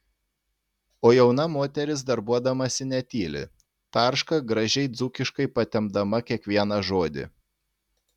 o jauna moteris darbuodamasi netyli tarška gražiai dzūkiškai patempdama kiekvieną žodį